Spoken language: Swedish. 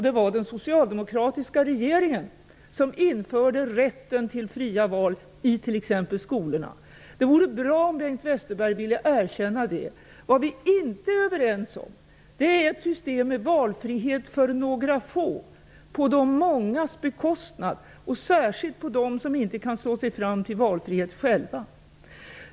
Det var den socialdemokratiska regeringen som införde rätten till fria val i exempelvis skolorna. Det vore bra om Bengt Westerberg ville erkänna det. Det vi inte är överens om, är ett system med valfrihet för några få på de mångas bekostnad, särskilt på deras bekostnad som inte kan slå sig fram till valfrihet själva.